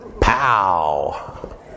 Pow